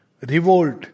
revolt